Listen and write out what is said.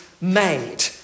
made